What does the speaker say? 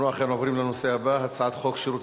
אנחנו אכן עוברים לנושא הבא: הצעת חוק שירות